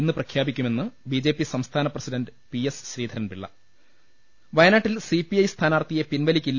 ഇന്ന് പ്രഖ്യാപിക്കുമെന്ന് BJP സംസ്ഥാന president P S Sreedharan Pillai വയനാട്ടിൽ സി പി ഐ സ്ഥാനാർത്ഥിയെ പിൻവലിക്കി